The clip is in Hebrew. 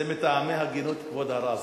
זה מטעמי הגינות, כבוד הרב.